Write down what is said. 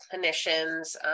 clinicians